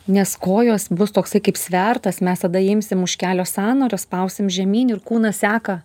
nes kojos bus toksai kaip svertas mes tada imsim už kelio sąnario spausim žemyn ir kūnas seka